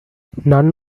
none